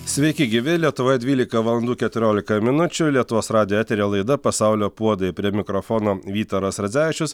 sveiki gyvi lietuvoje dvylika valandų keturiolika minučių lietuvos radijo eteryje laida pasaulio puodai prie mikrofono vytaras radzevičius